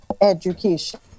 education